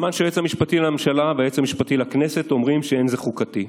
בזמן שהיועץ המשפטי לממשלה והיועץ המשפטי לכנסת אומרים שאין זה חוקתי.